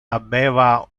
habeva